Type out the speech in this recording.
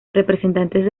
representantes